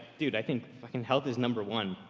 dude i think fucking health is number one.